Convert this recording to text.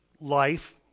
life